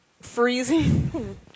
freezing